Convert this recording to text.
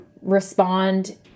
respond